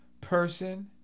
person